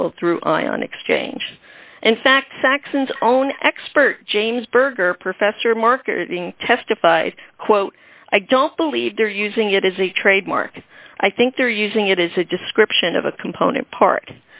level through ion exchange in fact saxon's own expert james berger professor of marketing testified quote i don't believe they're using it as a trademark i think they're using it as a description of a component part